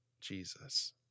Jesus